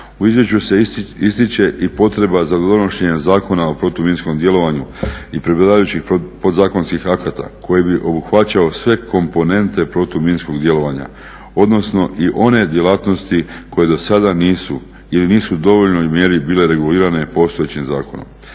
u izvješću se ističe i potreba za donošenjem Zakona o protuminskom djelovanju i pripadajućih podzakonskih akata koji bi obuhvaćao sve komponente protuminskog djelovanja, odnosno i one djelatnosti koje dosada nisu ili nisu u dovoljnoj mjeri bile regulirane postojećim zakonom.